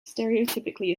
stereotypically